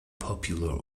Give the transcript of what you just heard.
popular